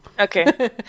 Okay